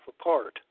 apart